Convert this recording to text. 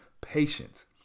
patience